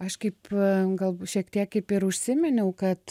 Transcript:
aš kaip galbūt šiek tiek kaip ir užsiminiau kad